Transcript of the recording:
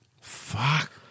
Fuck